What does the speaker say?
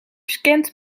scant